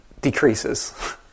decreases